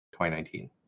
2019